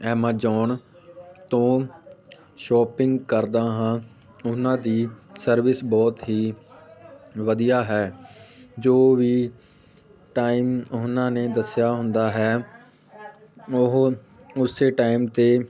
Amazon ਤੋਂ shopping ਕਰਦਾ ਹਾਂ ਉਹਨਾਂ ਦੀ ਸਰਵਿਸ ਬਹੁਤ ਹੀ ਵਧੀਆ ਹੈ ਜੋ ਵੀ ਟਾਈਮ ਉਹਨਾਂ ਨੇ ਦੱਸਿਆ ਹੁੰਦਾ ਹੈ ਉਹ ਉਸੇ ਟਾਈਮ 'ਤੇ